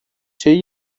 şeyi